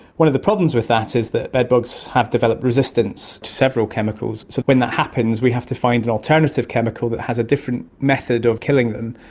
one of the problems with that is that bedbugs have developed resistance to several chemicals, so when that happens we have to find an alternative chemical that has a different method of killing them.